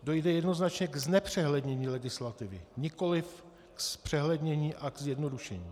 Dojde jednoznačně k znepřehlednění legislativy, nikoliv k zpřehlednění a k zjednodušení.